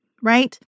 Right